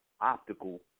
optical